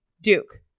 Duke